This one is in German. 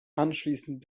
anschließend